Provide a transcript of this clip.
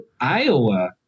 Iowa